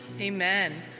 Amen